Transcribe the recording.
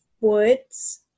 woods